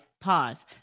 pause